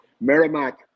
Merrimack